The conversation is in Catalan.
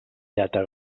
llata